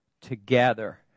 together